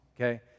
okay